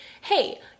Hey